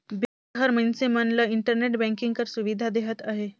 bank हर मइनसे मन ल इंटरनेट बैंकिंग कर सुबिधा देहत अहे